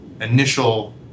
initial